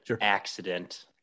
accident